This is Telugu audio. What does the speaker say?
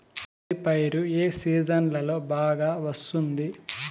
వరి పైరు ఏ సీజన్లలో బాగా వస్తుంది